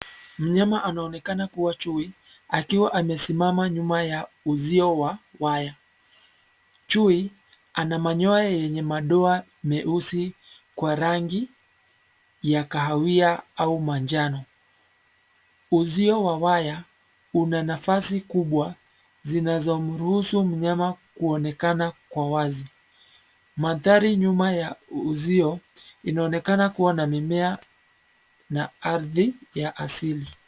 Mnyama anaonekana kua chui akiwa amesimama nyuma ya uzio wa waya. Chui ana manyoa yenye madoa meusi kwa rangi ya kahawia au manjano. Uzio wa waya una nafasi kubwa zinazo mruhusu mnyama kuonekana kwa wazi. Mandhari nyuma ya uzio inaonekana kua na mimea na ardhi ya asili.